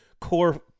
core